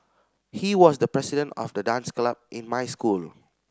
he was the president of the dance club in my school